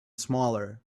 smaller